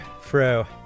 fro